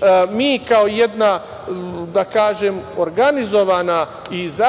Nama kao jednoj, da kažem, organizovanoj i zajednici